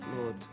Lord